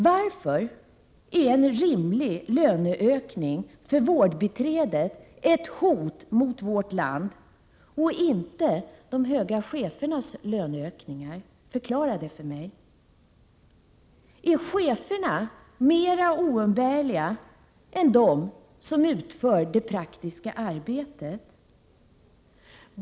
Varför är en rimlig löneökning för vårdbiträdet ett hot mot vårt land och inte de höga chefernas löneökningar? Förklara det för mig! Är cheferna mer oumbärliga än de som utför det praktiska arbetet?